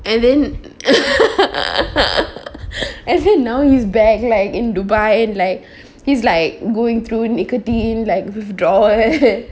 and then as in now he's back like in dubai and like he's like going through nicotine like withdrawal